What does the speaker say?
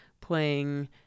playing